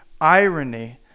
irony